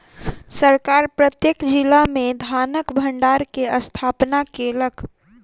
सरकार प्रत्येक जिला में धानक भण्डार के स्थापना केलक